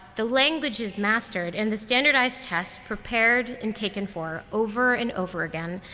the languages mastered, and the standardized tests prepared and taken for over and over again,